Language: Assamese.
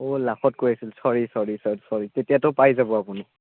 অ' লাখত কৈ আছিল চৰি চৰি চৰি চৰি তেতিয়াতো পাই যাব আপুনি